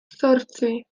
zortzi